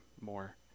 more